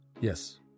Yes